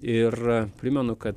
ir primenu kad